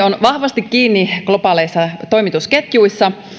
on vahvasti kiinni globaaleissa toimitusketjuissa